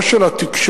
לא של התקשורת,